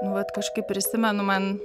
nu vat kažkaip prisimenu man